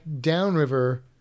downriver